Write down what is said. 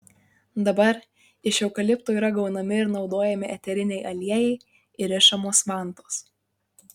dabar iš eukalipto yra gaunami ir naudojami eteriniai aliejai ir rišamos vantos